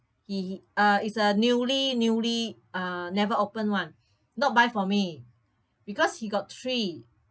he he uh is a newly newly uh never open [one] not buy for me because he got three